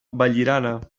vallirana